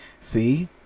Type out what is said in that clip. See